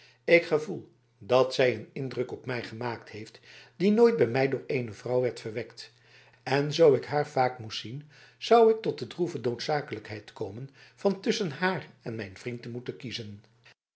ik gevoel dat zij een indruk op mij gemaakt heeft die nooit bij mij door eene vrouw werd verwekt en zoo ik haar vaak moest zien zou ik tot de droeve noodzakelijkheid komen van tusschen haar en mijn vriend te moeten kiezen